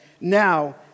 now